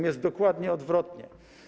Jest dokładnie odwrotnie.